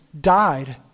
died